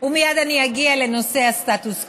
ומייד אני אגיע לנושא הסטטוס קוו.